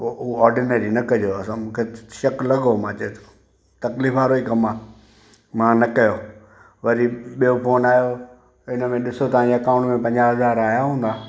उहा ऑडिनरी न कजो असां मूंखे शकु लॻो मां चयो तकलीफ़ वारो ई कमु आहे मां न कयो वरी ॿियो फ़ोन आयो हिन में ॾिसो तव्हांजे अकाऊंट में पंजाह हज़ार आया हूंदा